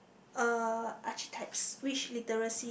uh archetypes which literacy